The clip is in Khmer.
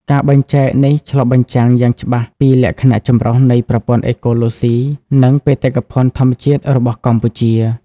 ការបែងចែកនេះឆ្លុះបញ្ចាំងយ៉ាងច្បាស់ពីលក្ខណៈចម្រុះនៃប្រព័ន្ធអេកូឡូស៊ី និងបេតិកភណ្ឌធម្មជាតិរបស់កម្ពុជា។